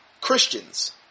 Christians